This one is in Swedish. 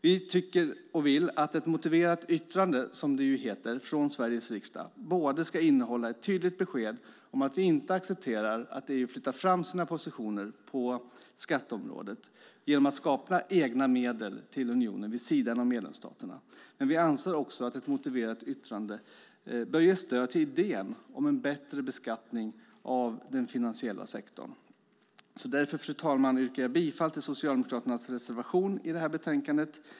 Vi vill att ett motiverat yttrande, som det heter, från Sveriges riksdag ska innehålla ett tydligt besked om att vi inte accepterar att EU flyttar fram sina positioner på skatteområdet genom att skapa egna medel till unionen vid sidan av medlemsstaterna. Men vi anser också att ett motiverat yttrande bör ge stöd till idén om en bättre beskattning av den finansiella sektorn. Därför, fru talman, yrkar jag bifall till Socialdemokraternas reservation i utlåtandet.